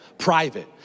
Private